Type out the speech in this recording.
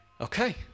okay